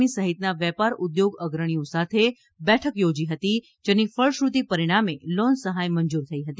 ઇ સહિતના વેપાર ઉદ્યોગ અગ્રણીઓ સાથે બેઠક યોજી હતી જેની ફળશ્રુતિ પરિણામે લોન સહાય મંજૂર થઈ હતી